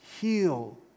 heal